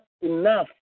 enough